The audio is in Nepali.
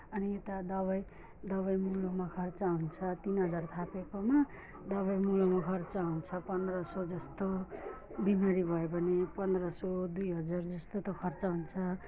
अनि यता दबाई दबाईमुलोमा खर्च हुन्छ तिन हजार थापेकोमा दबाईमुलोमा खर्च हुन्छ पन्ध्र सौ जस्तो बिमारी भयो भने पन्ध्र सौ दुई हजार जस्तो त खर्च हुन्छ